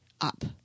up